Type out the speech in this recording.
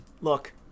look